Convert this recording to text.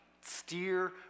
steer